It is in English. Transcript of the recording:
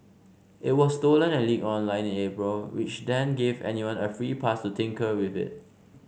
it was stolen and leaked online in April which then gave anyone a free pass to tinker with it